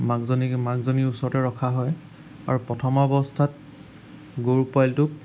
মাকজনীক মাকজনীক ওচৰতে ৰখা হয় আৰু প্ৰথমাৱস্থাত গৰু পোৱালিটোক